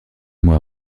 moi